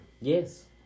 Yes